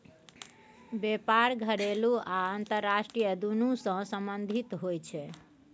बेपार घरेलू आ अंतरराष्ट्रीय दुनु सँ संबंधित होइ छै